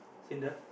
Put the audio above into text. Syndra